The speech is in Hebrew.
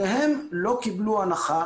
שניהם לא קיבלו הנחה